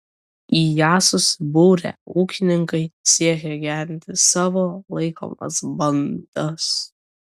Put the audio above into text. į ją susibūrę ūkininkai siekia gerinti savo laikomas bandas